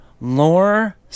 lore